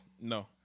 No